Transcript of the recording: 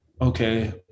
okay